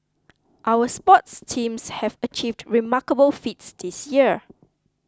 our sports teams have achieved remarkable feats this year